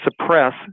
suppress